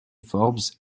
forbes